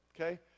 okay